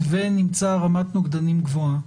ונמצא רמת נוגדנים גבוהה,